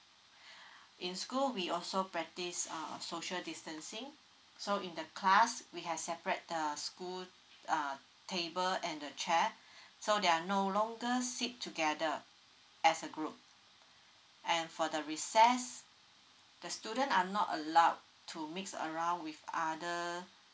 in school we also practice um social distancing so in the class we have separate the school err table and the chair so they are no longer sit together as a group and for the recess the student are not allowed to mix around with other